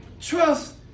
trust